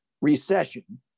recession